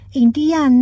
india